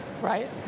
right